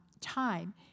time